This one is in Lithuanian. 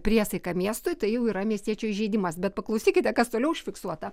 priesaiką miestui tai jau yra miestiečių įžeidimas bet paklausykite kas toliau užfiksuota